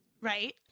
right